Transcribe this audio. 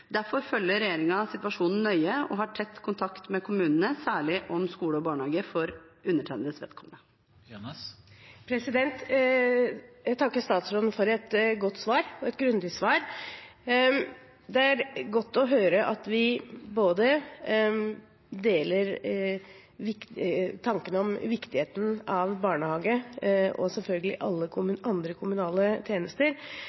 Derfor følger regjeringen situasjonen nøye og har tett kontakt med kommunene, særlig om skole og barnehage for undertegnedes vedkommende. Jeg takker statsråden for et godt og grundig svar. Det er godt å høre at vi deler tankene om viktigheten av barnehage og andre kommunale tjenester også, selvfølgelig.